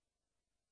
בצפון ובמרכז.